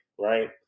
right